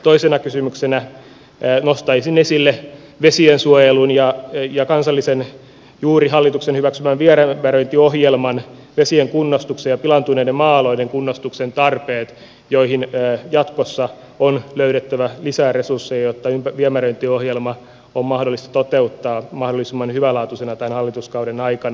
toisena kysymyksenä nostaisin esille vesiensuojelun ja kansallisen juuri hallituksen hyväksymän viemäröintiohjelman vesien kunnostuksen ja pilaantuneiden maa alueiden kunnostuksen tarpeet joihin jatkossa on löydettävä lisää resursseja jotta viemäröintiohjelma on mahdollista toteuttaa mahdollisimman hyvälaatuisena tämän hallituskauden aikana